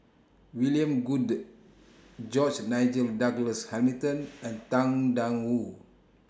William Goode George Nigel Douglas Hamilton and Tang DA Wu